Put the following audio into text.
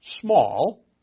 small